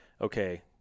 okay